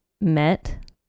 met